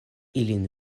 ilin